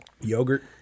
yogurt